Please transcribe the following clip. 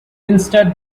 instead